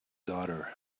daughter